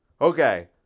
Okay